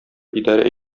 идарә